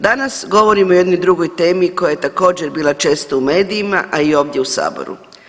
Danas govorim o jednoj drugoj temi koja je također, bila često u medijima, a i ovdje u Saboru.